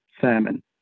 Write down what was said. salmon